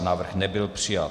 Návrh nebyl přijat.